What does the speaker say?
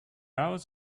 hours